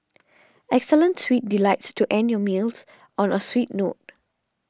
excellent sweet delights to end your meals on a sweet note